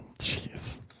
Jeez